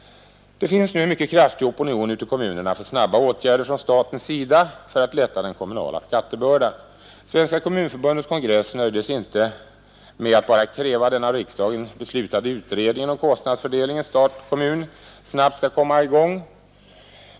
Det finns nu en mycket kraftig opinion ute i kommunerna för snabba åtgärder från statens sida för att lätta den kommunala skattebördan. Svenska kommunförbundets kongress nöjde sig inte med att bara kräva att den av riksdagen beslutade utredningen om kostnadsfördelningen mellan stat och kommun snabbt skall komma i gång.